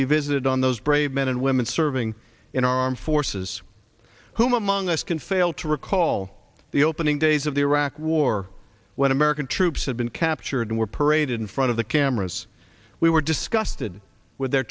be visited on those brave men and women serving in our armed forces whom among us can fail to recall the opening days of the iraq war when american troops had been captured and were paraded in front of the cameras we were disgusted with their